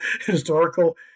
historical